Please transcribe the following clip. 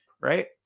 right